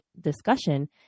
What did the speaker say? discussion